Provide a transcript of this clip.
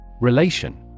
Relation